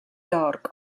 york